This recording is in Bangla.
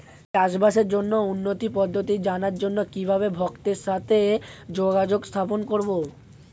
চাষবাসের জন্য উন্নতি পদ্ধতি জানার জন্য কিভাবে ভক্তের সাথে যোগাযোগ স্থাপন করব?